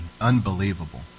Unbelievable